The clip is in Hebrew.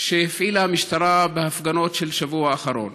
שהפעילה המשטרה בהפגנות של השבוע האחרון.